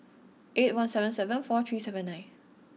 eight one seven seven four three seven nine